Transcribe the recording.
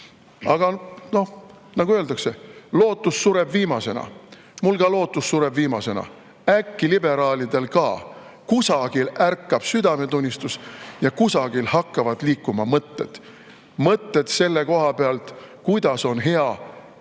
noh, nagu öeldakse, lootus sureb viimasena. Mul ka lootus sureb viimasena. Äkki liberaalidel ka kusagil ärkab südametunnistus ja kusagil hakkavad liikuma mõtted, mõtted selle koha pealt, kuidas on hea